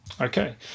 Okay